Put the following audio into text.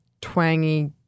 twangy